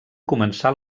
començar